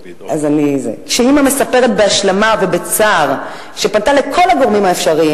כשאמא מספרת בהשלמה ובצער שפנתה לכל הגורמים האפשריים